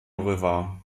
river